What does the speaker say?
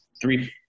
three